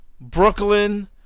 Brooklyn